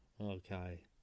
okay